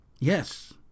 Yes